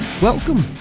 Welcome